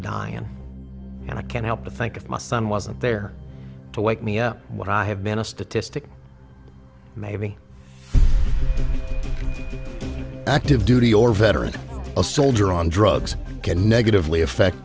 dying and i can't help but think if my son wasn't there to wake me up what i have been a statistic maybe active duty or veterans a soldier on drugs can negatively affect